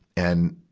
and,